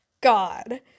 God